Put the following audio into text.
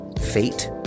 fate